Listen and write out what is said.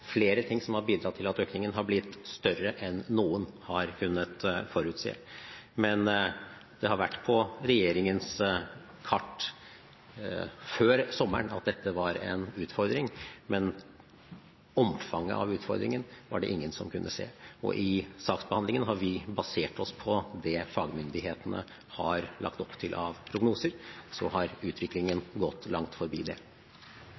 flere ting har bidratt til at økningen har blitt større enn noen har kunnet forutse. Det har vært på regjeringens kart før sommeren at dette var en utfordring, men omfanget av utfordringen var det ingen som kunne se. Og i saksbehandlingen har vi basert oss på det fagmyndighetene har lagt opp til av prognoser. Så har utviklingen gått langt forbi det.